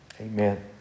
Amen